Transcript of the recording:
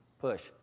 push